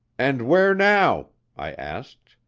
and where now? i asked,